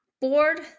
Board